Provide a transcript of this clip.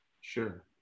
Sure